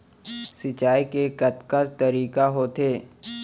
सिंचाई के कतका तरीक़ा होथे?